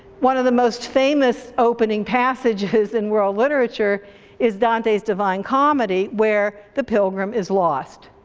one of the most famous opening passages in world literature is dante's divine comedy where the pilgrim is lost,